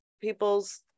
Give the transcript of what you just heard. people's